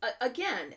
again